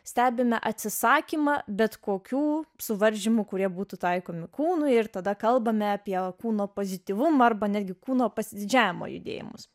stebime atsisakymą bet kokių suvaržymų kurie būtų taikomi kūnui ir tada kalbame apie kūno pozityvumą arba netgi kūno pasididžiavimo judėjimus